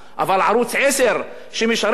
שמשרת את אוכלוסיית מדינת ישראל,